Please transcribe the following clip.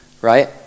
right